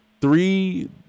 three